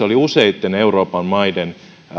oli tietoja useitten euroopan maiden